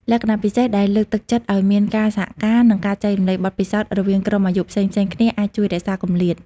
លក្ខណៈពិសេសដែលលើកទឹកចិត្តឱ្យមានការសហការ និងការចែករំលែកបទពិសោធន៍រវាងក្រុមអាយុផ្សេងៗគ្នាអាចជួយរក្សាគម្លាត។